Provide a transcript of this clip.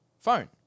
phone